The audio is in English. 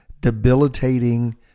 debilitating